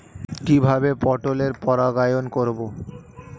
কিভাবে পটলের পরাগায়ন করব?